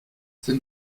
sind